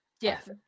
Yes